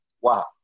wow